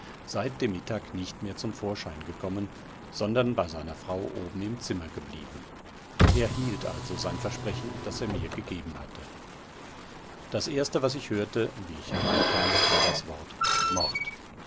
seit dem mittag nicht mehr zum vorschein gekommen sondern bei seiner frau oben im zimmer geblieben er hielt also sein versprechen das er mir gegeben hatte das erste was ich hörte wie ich hereinkam war das wort mord